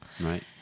right